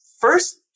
first